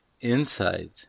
inside